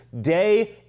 day